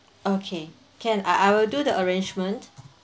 okay can I I will do the arrangement